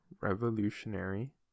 Revolutionary